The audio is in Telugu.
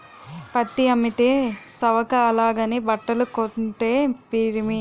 పత్తి అమ్మితే సవక అలాగని బట్టలు కొంతే పిరిమి